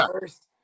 first